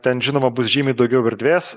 ten žinoma bus žymiai daugiau erdvės